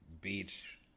beach